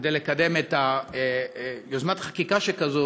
כדי לקדם יוזמת חקיקה כזאת,